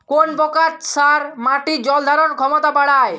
কোন প্রকার সার মাটির জল ধারণ ক্ষমতা বাড়ায়?